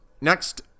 Next